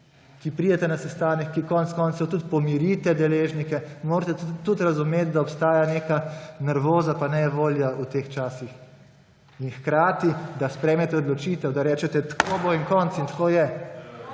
ki pride na sestanek, ki konec koncev tudi pomirite deležnike. Morate tudi razumeti, da obstaja neka nervoza pa nejevolja v teh časih, in hkrati, da sprejmete odločitev, da rečete, tako bo in konec in tako je,